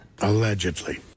Allegedly